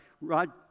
Rod